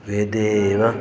वेदे एव